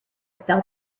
fell